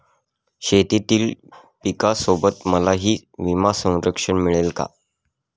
शेतीतील पिकासोबत मलाही विमा संरक्षण मिळेल का?